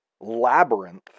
labyrinth